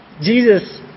Jesus